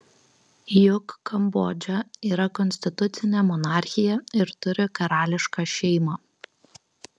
juk kambodža yra konstitucinė monarchija ir turi karališką šeimą